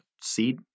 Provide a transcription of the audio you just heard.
seed